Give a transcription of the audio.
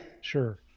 Sure